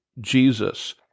Jesus